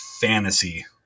fantasy